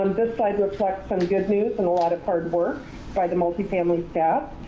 this slide reflects some good news and a lot of hard work by the multifamily staff.